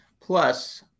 plus